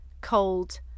cold